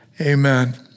amen